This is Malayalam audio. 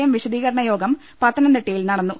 എം വിശദീകരണ യോഗം പത്തനം തിട്ടയിൽ നടന്നു